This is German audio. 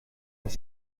das